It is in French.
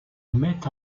met